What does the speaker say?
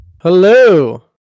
hello